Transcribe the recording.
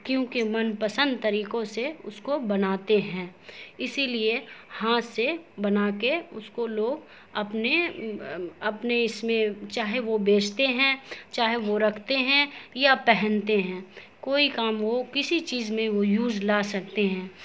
کیونکہ من پسند طریقوں سے اس کو بناتے ہیں اسی لیے ہاتھ سے بنا کے اس کو لوگ اپنے اپنے اس میں چاہے وہ بیچتے ہیں چاہے وہ رکھتے ہیں یا پہنتے ہیں کوئی کام ہو کسی چیز میں وہ یوز لا سکتے ہیں